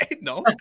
no